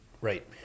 Right